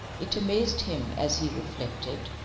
it amazed him, as he reflected,